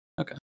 okay